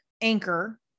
Anchor